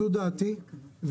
זו דעתי,